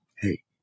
hey